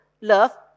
love